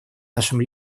нашим